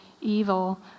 evil